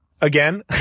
again